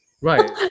Right